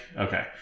Okay